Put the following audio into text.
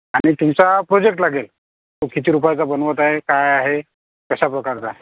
आणि तुमचा प्रॉजेक्ट लागेल किती रुपयाचा बनवत आहे काय आहे कशा प्रकारचा आहे